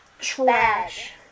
trash